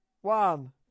One